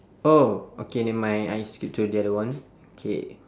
oh okay never mind I skip to the other one K